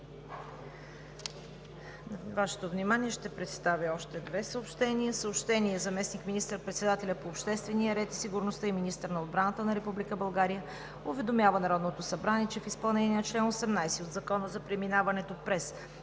Вашето внимание ще представя още две съобщения: